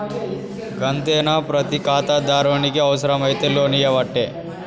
గంతేనా, ప్రతి ఖాతాదారునికి అవుసరమైతే లోన్లియ్యవట్టే